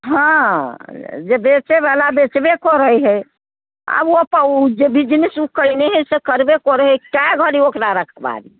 हाँ जे बेचैवला बेचबे करै हय आओर ओ अप उ जे बिजनेस उ कैने हय से करबे करै हय कए घड़ी ओकरा रखबारी